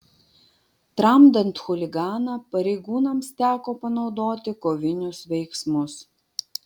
tramdant chuliganą pareigūnams teko panaudoti kovinius veiksmus